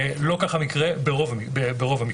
ולא כך המקרה ברוב המקרים.